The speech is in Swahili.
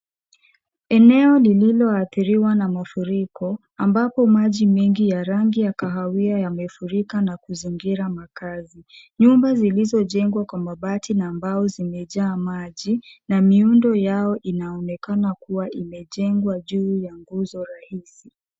Eneo lililoathiriwa na mafuriko, ambapo maji mengi ya rangi ya kahawia yamefurika na kuzingira makazi. Nyumba zilizojengwa kwa mabati na mbao zimejaa maji na miundo yao inaonekana kuwa imejengwa juu ya nguzo rahisi.